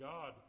God